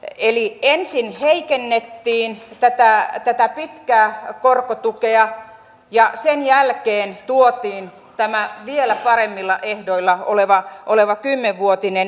eli ensin heikennettiin tätä pitkää korkotukea ja sen jälkeen tuotiin tämä vielä paremmilla ehdoilla oleva kymmenvuotinen